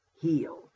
healed